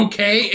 Okay